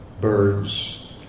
birds